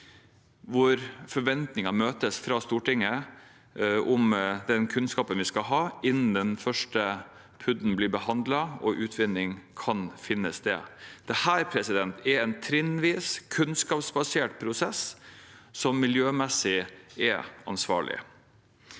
forventningene om den kunnskapen vi skal ha, innen den første PUD-en blir behandlet og utvinning kan finne sted. Dette er en trinnvis, kunnskapsbasert prosess som er miljømessig ansvarlig.